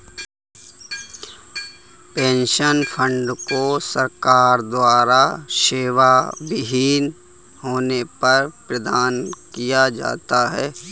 pension fund को सरकार द्वारा सेवाविहीन होने पर प्रदान किया जाता है